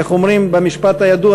איך אומרים במשפט הידוע?